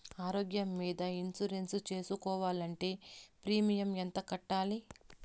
ఆరోగ్యం మీద ఇన్సూరెన్సు సేసుకోవాలంటే ప్రీమియం ఎంత కట్టాలి?